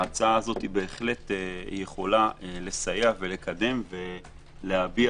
ההצעה הזאת בהחלט יכולה לסייע ולקדם ולהביע